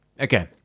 Okay